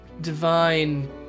divine